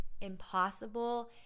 impossible